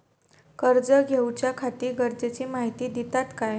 कर्ज घेऊच्याखाती गरजेची माहिती दितात काय?